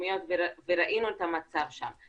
מקומיות וראינו את המצב שם.